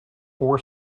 four